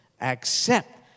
accept